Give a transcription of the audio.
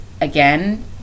again